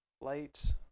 light